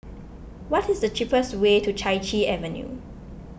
what is the cheapest way to Chai Chee Avenue